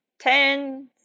ten